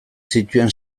zituen